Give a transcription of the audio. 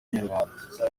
inyarwanda